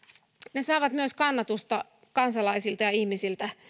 ne saavat myös kannatusta kansalaisilta ja ihmisiltä